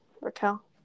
Raquel